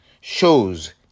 shows